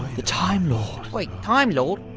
the time lord, wait, time lord?